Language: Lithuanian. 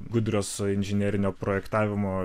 gudrios inžinerinio projektavimo